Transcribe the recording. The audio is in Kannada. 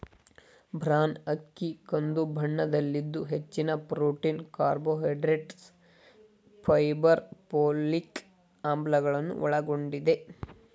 ಬ್ರಾನ್ ಅಕ್ಕಿ ಕಂದು ಬಣ್ಣದಲ್ಲಿದ್ದು ಹೆಚ್ಚಿನ ಪ್ರೊಟೀನ್, ಕಾರ್ಬೋಹೈಡ್ರೇಟ್ಸ್, ಫೈಬರ್, ಪೋಲಿಕ್ ಆಮ್ಲಗಳನ್ನು ಒಳಗೊಂಡಿದೆ